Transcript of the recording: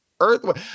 Earthworm